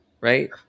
right